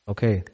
Okay